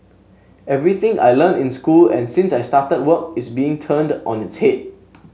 everything I learnt in school and since I started work is being turned on its head